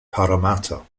parramatta